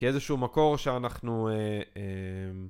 כאיזשהו מקור שאנחנו